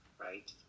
right